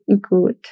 good